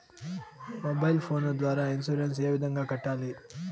mobile phone ద్వారా insurance ఏ విధంగా కట్టాలి